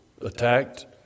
attacked